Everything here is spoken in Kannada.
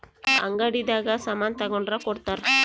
ಅಂಗಡಿ ದಾಗ ಸಾಮನ್ ತಗೊಂಡ್ರ ಕೊಡ್ತಾರ